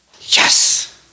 Yes